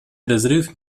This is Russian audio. разрыв